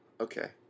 Okay